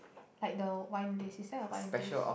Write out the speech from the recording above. like the wine list is there a wine list